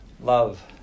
Love